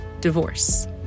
divorce